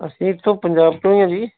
ਅਸੀਂ ਇੱਥੋ ਪੰਜਾਬ ਤੋਂ ਹਾਂ ਜੀ